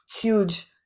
huge